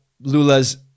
Lula's